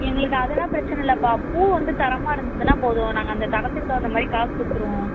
எங்களுக்கு அதெல்லாம் பிரச்சனை இல்லைப்பா பூ வந்து தரமாக இருந்துதுன்னா போதும் நாங்கள் அந்த தரத்துக்கு தகுந்தமாதிரி காசு கொடுத்துருவோம்